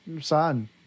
son